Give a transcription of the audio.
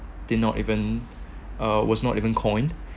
did not even uh was not even coined